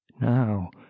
Now